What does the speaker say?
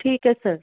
ਠੀਕ ਹੈ ਸਰ ਠੀਕ